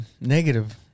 negative